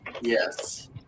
Yes